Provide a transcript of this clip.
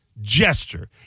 gesture